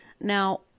Now